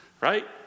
right